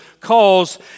calls